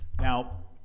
Now